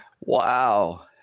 Wow